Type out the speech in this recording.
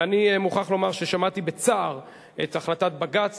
ואני מוכרח לומר ששמעתי בצער את החלטת בג"ץ